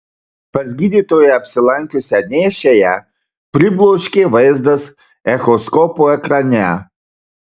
pas gydytoją apsilankiusią nėščiąją pribloškė vaizdas echoskopo ekrane